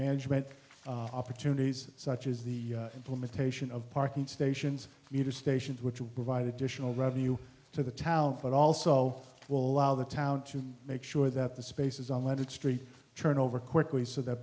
management opportunities such as the implementation of parking stations meter stations which will provide additional revenue to the town but also will allow the town to make sure that the spaces on leaded street turn over quickly so that